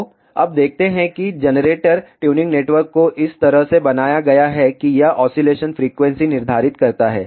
तो अब देखते हैं कि जनरेटर ट्यूनिंग नेटवर्क को इस तरह से बनाया गया है कि यह ऑसीलेशन फ्रीक्वेंसी निर्धारित करता है